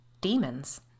Demons